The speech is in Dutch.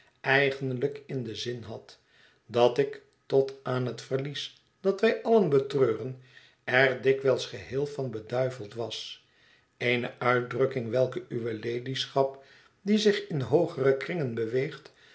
eigenlijk in den zin had dat ik tot aan het verlies dat wij allen betreuren er dikwijls geheel van beduiveld was eene uitdrukking welke uwe ladyschap die zich in hoogere kringen beweegt